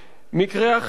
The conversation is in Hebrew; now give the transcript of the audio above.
מקרה אחר: